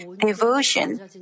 devotion